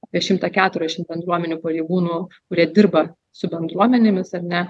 apie šimtą keturiasdešim bendruomenių pareigūnų kurie dirba su bendruomenėmis ar ne